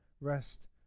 rest